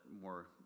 more